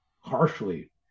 harshly